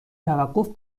توقف